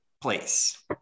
place